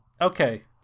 Okay